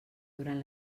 durant